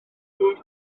peint